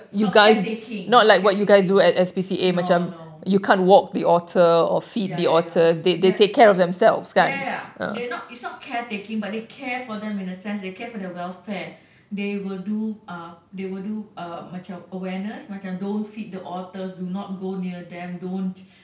not care taking not care taking no no ya ya ya ya ya ya they are not it's not care taking but they care for them in the sense that they care for their welfare they will do uh they will do um macam awareness macam don't feed the otters do not go near them don't